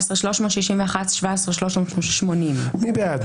17,021 עד 17,040. מי בעד?